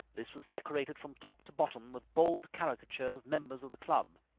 this was decorated from top to bottom with bold caricatures of members of the club.